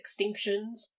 extinctions